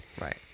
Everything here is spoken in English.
Right